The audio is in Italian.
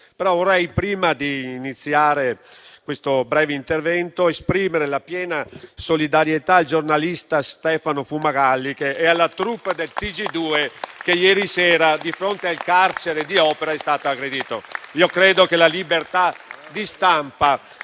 complessa. Prima di iniziare questo breve intervento, vorrei però esprimere piena solidarietà al giornalista Stefano Fumagalli e alla *troupe* del Tg2 che ieri sera di fronte al carcere di Opera sono stati aggrediti. Io credo che la libertà di stampa